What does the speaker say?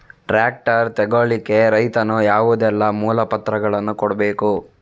Tractor ತೆಗೊಳ್ಳಿಕೆ ರೈತನು ಯಾವುದೆಲ್ಲ ಮೂಲಪತ್ರಗಳನ್ನು ಕೊಡ್ಬೇಕು?